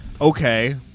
okay